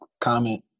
comment